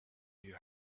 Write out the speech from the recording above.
you